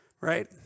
right